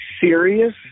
serious